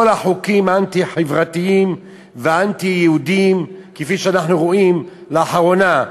בכל החוקים האנטי-חברתיים והאנטי-יהודיים שאנחנו רואים לאחרונה.